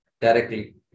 directly